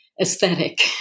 aesthetic